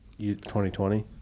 2020